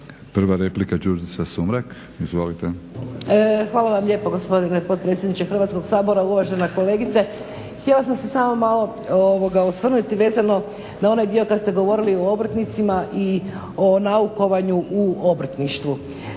**Sumrak, Đurđica (HDZ)** Hvala vam lijepo gospodine potpredsjedniče Hrvatskog sabora. Uvažena kolegice, htjela sam se samo malo osvrnuti vezano na onaj dio kada ste govorili o obrtnicima i o naukovanju u obrtništvu.